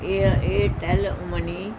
air Airtel money